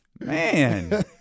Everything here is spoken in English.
Man